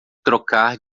trocar